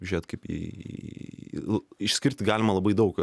žiūrėti kaip į išskirti galima labai daug